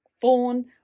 fawn